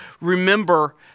remember